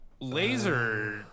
Laser